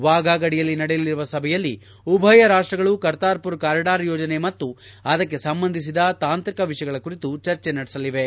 ವಾಫಾ ಗಡಿಯಲ್ಲಿ ನಡೆಯಲಿರುವ ಸಭೆಯಲ್ಲಿ ಉಭಯ ರಾಷ್ಲಗಳು ಕರ್ತಾರ್ಪುರ್ ಕಾರಿಡಾರ್ ಯೋಜನೆ ಮತ್ತು ಅದಕ್ಕೆ ಸಂಬಂಧಿಸಿದ ತಾಂತ್ರಿಕ ವಿಷಯಗಳ ಕುರಿತು ಚರ್ಚೆ ನಡೆಸಲಿವೆ